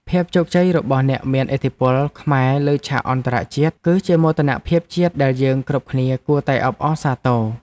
ភាពជោគជ័យរបស់អ្នកមានឥទ្ធិពលខ្មែរលើឆាកអន្តរជាតិគឺជាមោទនភាពជាតិដែលយើងគ្រប់គ្នាគួរតែអបអរសាទរ។